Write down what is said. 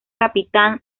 capitán